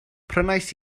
prynais